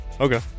Okay